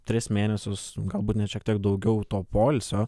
tris mėnesius galbūt net šiek tiek daugiau to poilsio